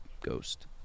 ghost